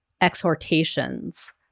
exhortations